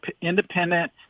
independent